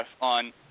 on